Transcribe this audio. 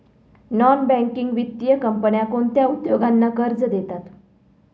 Non banking वित्तीय कंपन्या कोणत्या उद्योगांना कर्ज देतात?